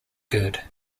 good